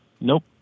Nope